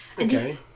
Okay